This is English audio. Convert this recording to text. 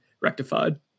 rectified